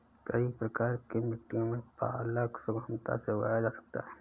कई प्रकार की मिट्टियों में पालक सुगमता से उगाया जा सकता है